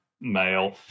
male